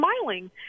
smiling